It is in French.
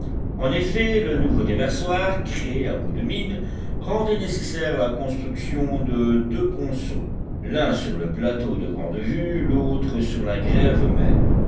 en effet le nouveau déversoir créé à coups de mine rendait nécessaire la construction de deux ponceaux l'un sur le plateau de grande vue l'autre sur la grève